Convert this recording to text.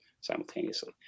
simultaneously